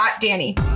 Danny